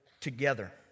together